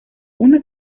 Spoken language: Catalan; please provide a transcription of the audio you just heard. una